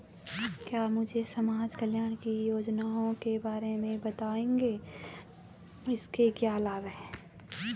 क्या मुझे समाज कल्याण की योजनाओं के बारे में बताएँगे इसके क्या लाभ हैं?